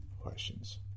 questions